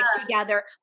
together